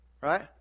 Right